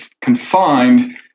confined